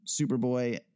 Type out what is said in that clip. Superboy